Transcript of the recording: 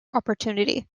opportunity